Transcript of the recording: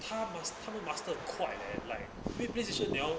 她 mus~ 她会 master 快 leh like ple~ playstation 你要